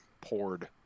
poured